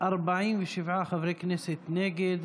47 חברי כנסת נגד.